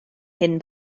hyn